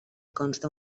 consta